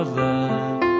love